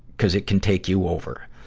cuz it can take you over.